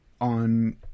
on